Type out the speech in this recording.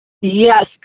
Yes